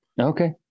okay